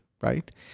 right